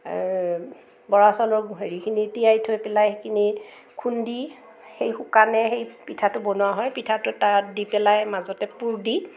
বৰা চাউলৰ হেৰিখিনি তিয়াই থৈ পেলাই সেইখিনি খুন্দি সেই শুকানে সেই পিঠাতো বনোৱা হয় পিঠাতো তাৱাত দি পেলাই মাজতে পুৰ দি